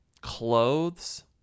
clothes